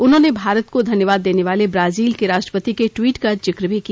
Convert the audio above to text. उन्होंने भारत को धन्यवाद देने वाले ब्राजील के राष्ट्रपति के टवीट का जिक्र भी किया